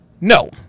No